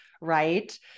Right